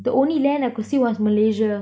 the only land I could see was malaysia